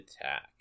attack